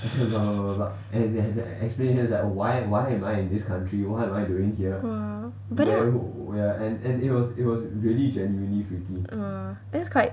mm that's quite